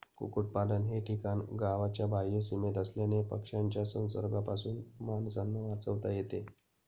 कुक्पाकुटलन हे ठिकाण गावाच्या बाह्य सीमेत असल्याने पक्ष्यांच्या संसर्गापासून माणसांना वाचवता येते